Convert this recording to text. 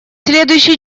следующий